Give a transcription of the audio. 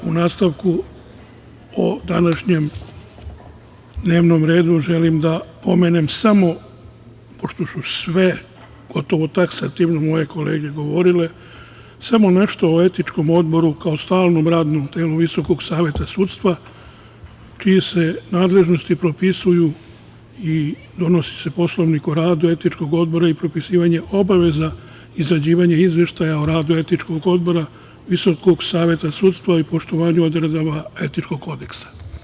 U nastavku o današnjem dnevnom redu želim da pomenem samo, pošto su sve gotovo taksativno kolege govorile, nešto o Etičkom odboru, kao stalnom radnom telu Visokog saveta sudstva, čije se nadležnosti propisuju i donosi se Poslovnikom o radu Etičkog odbora i propisivanje obaveza izrađivanja izveštaja o radu Etičkog odbora Visokog saveta sudstva i poštovanje odredaba Etičkog kodeksa.